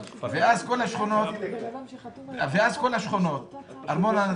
ואז כל השכונות ארמון הנציב,